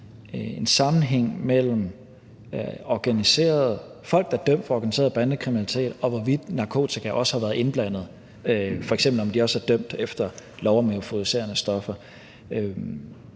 bandekriminalitet, og folk, der er dømt for euforiserende stoffer – altså hvorvidt narkotika også har været indblandet, f.eks. om de også er dømt efter lov om euforiserende stoffer.